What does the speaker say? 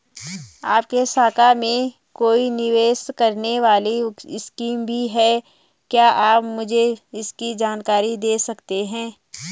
आपकी शाखा में कोई निवेश करने वाली स्कीम भी है क्या आप मुझे इसकी जानकारी दें सकते हैं?